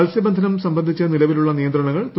മത്സ്യബന്ധനം സംബന്ധിച്ച് നിലവിലുള്ള നിന്ത്രണങ്ങൾ തുടരും